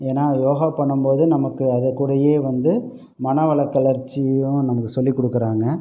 ஏன்னால் யோகா பண்ணும்போது நமக்கு அது கூடயே வந்து மனவளகளற்சியும் நமக்கு சொல்லிக் கொடுக்கறாங்க